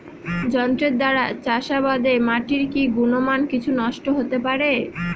যন্ত্রের দ্বারা চাষাবাদে মাটির কি গুণমান কিছু নষ্ট হতে পারে?